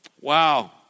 Wow